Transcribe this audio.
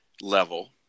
level